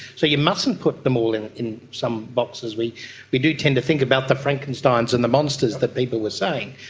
so you mustn't put them all in in some box. we we do tend to think about the frankensteins and the monsters that people were saying,